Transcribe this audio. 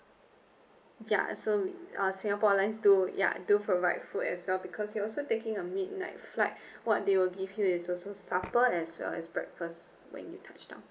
ya so uh Singapore Airlines do ya do provide food as well because you also taking a midnight flight what they will give you is also supper as well as breakfast when you touch down